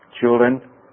children